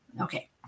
Okay